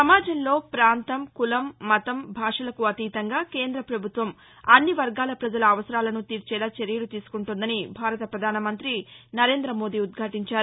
సమాజంలో పాంతం కులం మతం భాషలకు అతీతంగా కేంద్ర పభుత్వం అన్ని వర్గాల పజల అవసరాలను తీర్చేలా చర్యలు తీసుకుంటోందని భారత ప్రధానమంతి నరేందమోదీ ఉద్ఘాటించారు